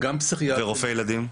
ורופאי ילדים?